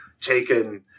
taken